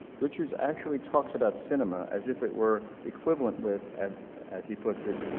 richards actually talks about cinema as if it were equivalent with, ah as he puts it,